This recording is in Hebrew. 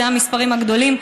זה המספרים הגדולים,